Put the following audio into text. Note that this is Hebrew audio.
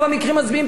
זה לא רק קדימה,